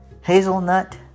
hazelnut